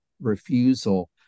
refusal